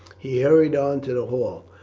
he hurried on to the hall.